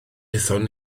aethon